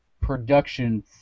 production